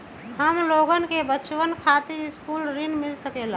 हमलोगन के बचवन खातीर सकलू ऋण मिल सकेला?